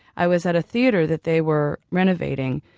i was at a theater that they were renovating,